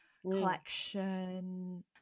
collection